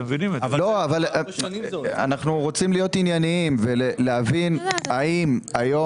אנחנו רוצים להיות ענייניים ולהבין האם היום